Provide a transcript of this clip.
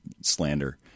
slander